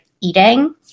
eating